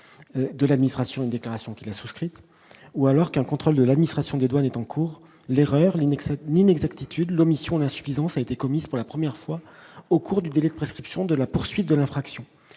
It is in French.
de l'administration, une déclaration qu'il à souscrites ou alors qu'un contrôle de l'administration des douanes est en cours, les les n'inexactitudes l'omission d'insuffisance a été commise, pour la première fois au cours du délai de prescription de la poursuite de l'infraction,